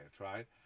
right